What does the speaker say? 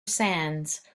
sands